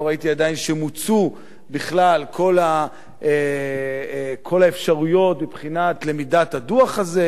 לא ראיתי עדיין שמוצו בכלל כל האפשרויות מבחינת למידת הדוח הזה,